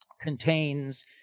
contains